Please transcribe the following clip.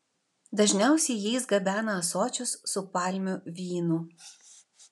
dažniausiai jais gabena ąsočius su palmių vynu